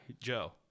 joe